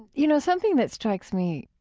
you know, something that strikes me,